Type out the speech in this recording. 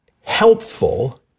helpful